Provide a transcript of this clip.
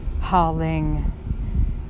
howling